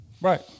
Right